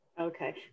Okay